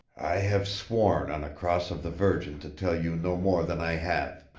i have sworn on a cross of the virgin to tell you no more than i have.